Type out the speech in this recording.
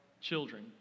children